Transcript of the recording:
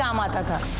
um ah daughter